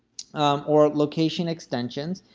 or location extensions.